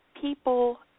people